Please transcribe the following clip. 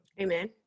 Amen